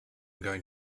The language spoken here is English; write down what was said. going